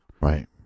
Right